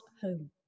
home